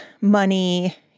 money